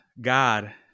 God